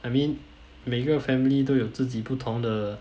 I mean 每一个 family 都有自己不同的